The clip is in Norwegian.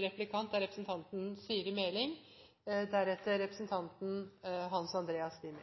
litt interessant å høre representanten